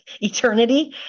eternity